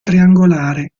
triangolare